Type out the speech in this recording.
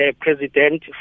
President